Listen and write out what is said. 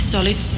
Solid